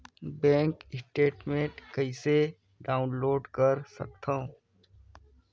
Bank statement कइसे download कर सकथव?